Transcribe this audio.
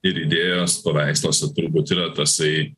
ir idėjos paveiksluose turbūt yra tasai